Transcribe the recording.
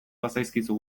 bazaizkizu